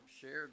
shared